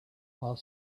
while